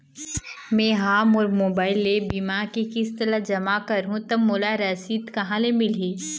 मैं हा मोर मोबाइल ले बीमा के किस्त ला जमा कर हु ता मोला रसीद कहां ले मिल ही?